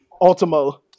Ultimo